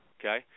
okay